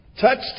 touched